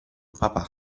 papà